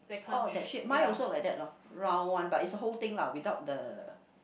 oh that's it mine also like that lor round one but is whole thing lah without the